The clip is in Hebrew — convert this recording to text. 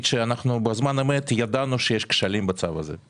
בזמן אמת ידענו שיש כשלים בצו הזה,